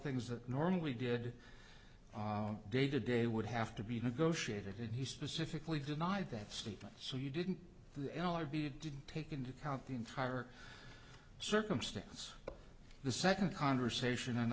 things that normally did day to day would have to be negotiated and he specifically denied that statement so you didn't didn't take into account the entire circumstance the second conversation